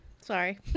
Sorry